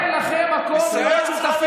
חבר הכנסת סמוטריץ'.